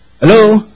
Hello